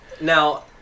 Now